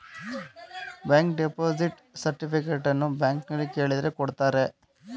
bank deposit ಸರ್ಟಿಫಿಕೇಟನ್ನು ಬ್ಯಾಂಕ್ನಲ್ಲಿ ಕೇಳಿದ್ರೆ ಕೊಡ್ತಾರೆ